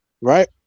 Right